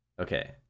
okay